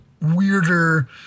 weirder